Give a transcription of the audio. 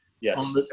Yes